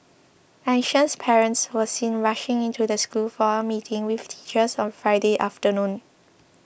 anxious parents were seen rushing into the school for a meeting with teachers on Friday afternoon